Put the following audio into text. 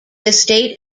estate